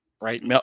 right